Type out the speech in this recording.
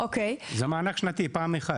זה מענק שנתי, פעם אחת.